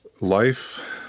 life